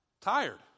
tired